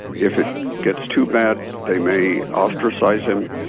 if it gets too bad, they may ostracize him.